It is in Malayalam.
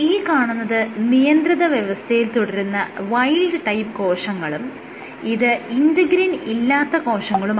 ഈ കാണുന്നത് നിയന്ത്രിത വ്യവസ്ഥയിൽ തുടരുന്ന വൈൽഡ് ടൈപ്പ് കോശങ്ങളും ഇത് ഇന്റെഗ്രിൻ ഇല്ലാത്ത കോശങ്ങളുമാണ്